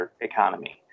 economy